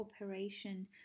operation